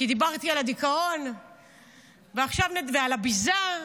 כי דיברתי על הדיכאון ועל הביזה,